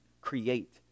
create